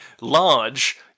large